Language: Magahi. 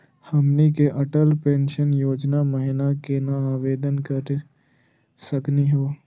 हमनी के अटल पेंसन योजना महिना केना आवेदन करे सकनी हो?